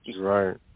Right